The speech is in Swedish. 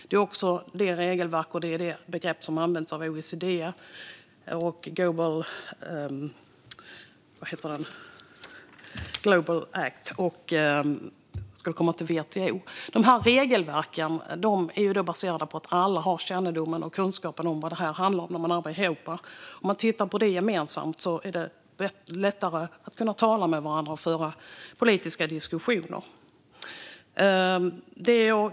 Det är också det begrepp som används av OECD, Global Deal och WTO. De här regelverken är baserade på att alla har kännedom och kunskap om vad det handlar om när man arbetar ihop. Om man har en sådan gemensam syn är det lättare att tala med varandra och föra politiska diskussioner.